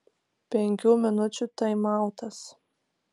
penkių minučių taimautas